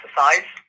exercise